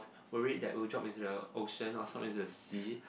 worried that we will drop into the ocean or drop into the sea